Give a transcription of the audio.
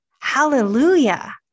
Hallelujah